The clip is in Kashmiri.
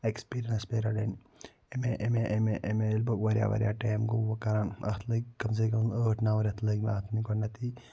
اٮ۪کسپیٖریَنٕس پے رَٹٕنۍ اَمے اَمے اَمے اَمے ییٚلہِ بہٕ واریاہ واریاہ ٹایم گوٚو وۄنۍ کران اَتھ لٔگۍ کَم سے کَم ٲٹھ نَو رٮ۪تھ لٔگۍ مےٚ اَتھ گۄڈٕنٮ۪تھٕے